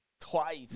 Twice